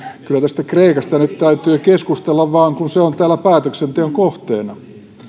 kyllä tästä kreikasta nyt täytyy vaan keskustella kun se on täällä päätöksenteon kohteena